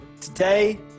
Today